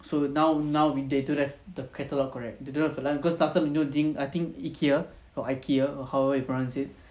so now now when they don't have the catalogue correct they don't have like because you know I think I think IKEA or IKEA or how you pronounce it